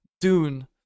Dune